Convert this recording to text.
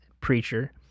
preacher